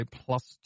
plus